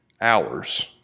hours